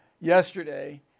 yesterday